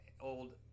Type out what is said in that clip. old